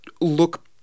look